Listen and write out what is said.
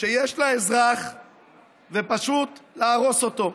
שיש לאזרח ופשוט להרוס אותו,